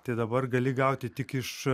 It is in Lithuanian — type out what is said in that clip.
tai dabar gali gauti tik iš